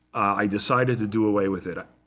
i decided to do away with it.